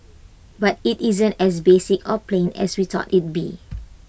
but IT isn't as basic or plain as we thought it'd be